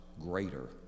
greater